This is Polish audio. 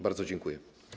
Bardzo dziękuję.